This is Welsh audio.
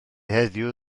heddiw